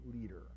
leader